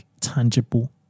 tangible